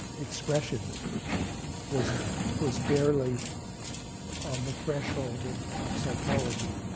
expression was was barely on the threshold of of psychology,